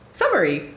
summary